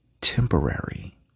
temporary